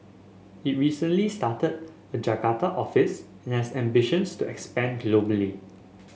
it recently started a Jakarta office and has ambitions to expand globally